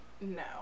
No